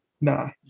Nah